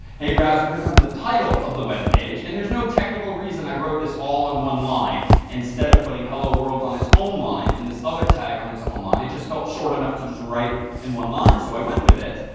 hey browser, here comes the title of the web page. and there's no technical reason i wrote this all on one line instead of putting hello world on its own line and this other tag on its own line. it just felt short enough to just write in one line, so i went with it.